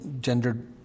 gendered